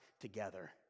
Together